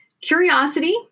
curiosity